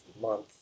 month